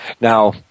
now